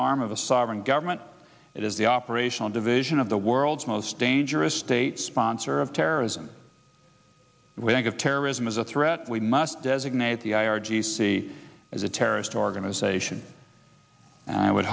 arm of a sovereign government it is the operational division of the world's most dangerous state sponsor of terrorism we think of terrorism as a threat we must designate the i r g c as a terrorist organization i would